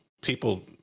people